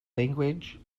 language